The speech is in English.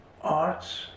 arts